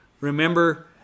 Remember